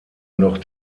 noch